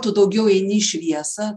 tu daugiau eini į šviesą